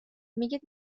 میگید